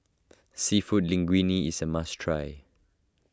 Seafood Linguine is a must try